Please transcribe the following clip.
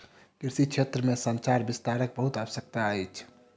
कृषि क्षेत्र में संचार विस्तारक बहुत आवश्यकता अछि